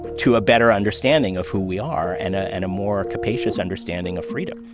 to a better understanding of who we are and ah and a more capacious understanding of freedom.